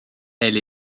elle